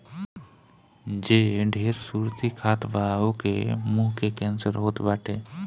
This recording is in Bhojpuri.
जे ढेर सुरती खात बा ओके के मुंहे के कैंसर होत बाटे